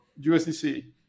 USDC